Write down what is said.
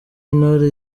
intore